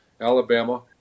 Alabama